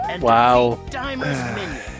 wow